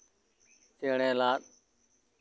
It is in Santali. ᱪᱮᱬᱮ ᱞᱟᱫ